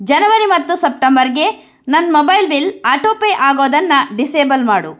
ಜನವರಿ ಮತ್ತು ಸಪ್ಟೆಂಬರ್ಗೆ ನನ್ನ ಮೊಬೈಲ್ ಬಿಲ್ ಆಟೋ ಪೇ ಆಗೋದನ್ನು ಡಿಸೇಬಲ್ ಮಾಡು